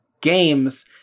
games